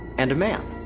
and a man,